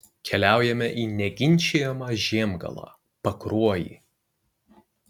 keliaujame į neginčijamą žiemgalą pakruojį